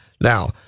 Now